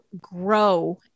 grow